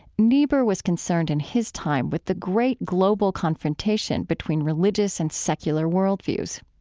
niebuhr was concerned in his time with the great global confrontation between religious and secular worldviews.